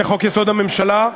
לחוק-יסוד: הממשלה,